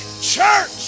church